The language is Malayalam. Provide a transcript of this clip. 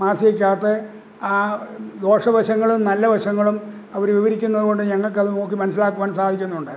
മാസികയ്ക്ക് അകത്ത് ദോഷവശങ്ങളും നല്ല വശങ്ങളും അവര് വിവരിക്കുന്നതുകൊണ്ട് ഞങ്ങള്ക്ക് അത് നോക്കി മനസ്സിലാക്കുവാൻ സാധിക്കുന്നുണ്ട്